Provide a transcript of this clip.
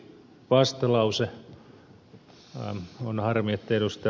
on harmi että ed